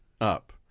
up